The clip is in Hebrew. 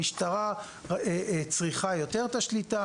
המשטרה יותר צריכה את השליטה